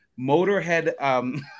motorhead